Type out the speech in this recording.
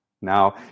Now